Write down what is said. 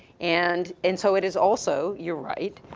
and, and so it is also, you're right,